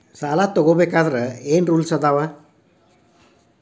ಸಾಲ ತಗೋ ಬೇಕಾದ್ರೆ ಏನ್ ರೂಲ್ಸ್ ಅದಾವ?